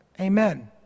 Amen